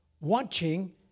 watching